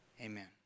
Amen